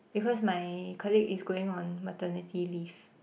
because my colleague is going on maternity leave